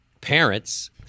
parents